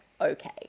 okay